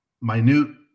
minute